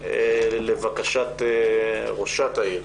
לבקשת ראשת העיר.